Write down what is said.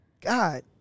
god